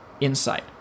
insight